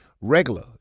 regular